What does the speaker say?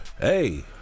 hey